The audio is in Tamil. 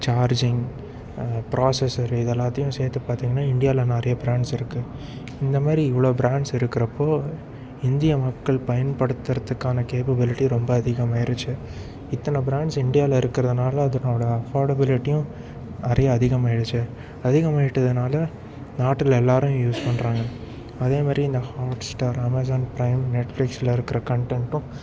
சார்ஜிங் ப்ராசஸ்சரு இது எல்லாத்தையும் சேர்த்து பார்த்தீங்கன்னா இண்டியாவில் நிறைய ப்ராண்ட்ஸ் இருக்குது இந்த மாரி இவ்வளோ ப்ராண்ட்ஸ் இருக்கிறப்போ இந்திய மக்கள் பயன்படுத்துகிறத்துக்கான கேப்பபிலிட்டி ரொம்ப அதிகமாகிருச்சி இத்தனை ப்ராண்ட்ஸ் இண்டியாவில் இருக்கிறதுனால அதனோட அஃபர்டபிளிட்டியும் நிறைய அதிகமாகிடுச்சி அதிகமாகிட்டதுனால நாட்டில் எல்லாேரும் யூஸ் பண்ணுறாங்க அதே மாதிரி இந்த ஹாட் ஸ்டார் அமேசான் ப்ரைம் நெட் ஃப்லிக்ஸில் இருக்கிற கன்டென்ட்டும்